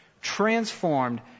transformed